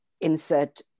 insert